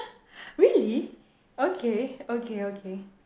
really okay okay okay